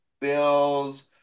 Bills